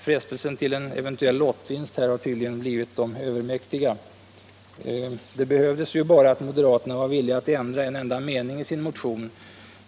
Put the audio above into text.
Frestelsen att kunna göra en eventuell lottvinst har tydligen blivit dem övermäktig. Det behövdes bara att moderaterna var villiga att ändra en enda mening i sin motion.